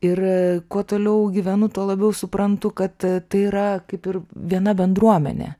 ir kuo toliau gyvenu tuo labiau suprantu kad tai yra kaip ir viena bendruomenė